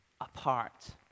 apart